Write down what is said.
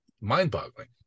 mind-boggling